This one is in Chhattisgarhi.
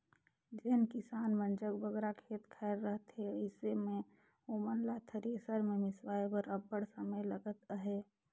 जेन किसान मन जग बगरा खेत खाएर रहथे अइसे मे ओमन ल थेरेसर मे मिसवाए बर अब्बड़ समे लगत अहे